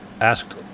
asked